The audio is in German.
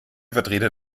vertreter